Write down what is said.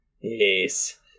yes